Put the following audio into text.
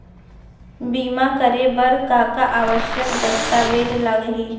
बीमा करे बर का का आवश्यक दस्तावेज लागही